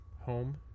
home